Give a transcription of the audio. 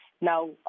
Now